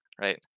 right